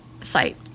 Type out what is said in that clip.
site